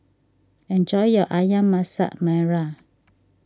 enjoy your Ayam Masak Merah